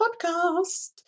podcast